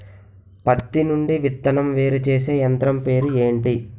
పత్తి నుండి విత్తనం వేరుచేసే యంత్రం పేరు ఏంటి